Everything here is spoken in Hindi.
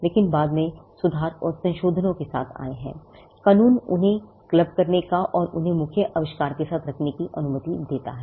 लेकिन आप बाद में सुधार और संशोधनों के साथ आए हैं कानून आपको उन्हें क्लब करने और उन्हें मुख्य आविष्कार साथ रखने की अनुमति देता है